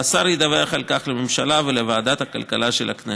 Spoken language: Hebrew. והשר ידווח על כך לממשלה ולוועדת הכלכלה של הכנסת.